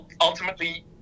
Ultimately